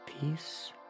peace